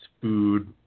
food